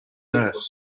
dirt